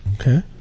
Okay